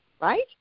right